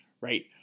right